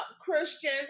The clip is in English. Christian